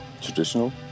traditional